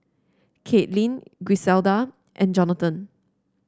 Caitlyn Griselda and Jonathan